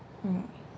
mm